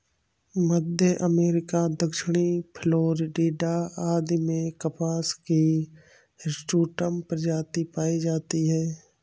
मध्य America, दक्षिणी Florida आदि में कपास की हिर्सुटम प्रजाति पाई जाती है